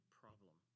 problem